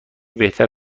بهتر